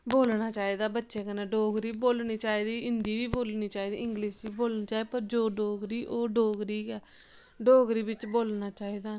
बोलना चाहिदा बच्चें कन्नै डोगरी बोलनी चाहिदी हिंदी बी बोलनी चाहिदी इंग्लिश बी बोलनी चाहिदी पर जो डोगरी ऐ ओह् डोगरी गै डोगरी बिच्च बोलना चाहिदा